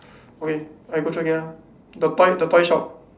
okay I go through again ah the toy the toy shop